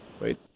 Wait